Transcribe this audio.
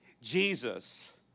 Jesus